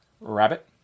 rabbit